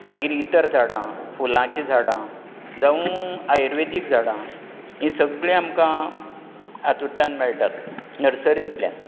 मागीर इतर झाडां फुलांची झाडां जावूं आयुर्वेदीक झाडां हीं सगळीं आमकां हातुंतल्यान मेळटात नर्सरींतल्यान